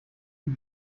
die